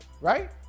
right